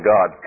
God